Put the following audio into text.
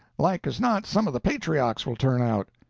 like as not some of the patriarchs will turn out.